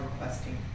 requesting